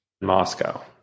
Moscow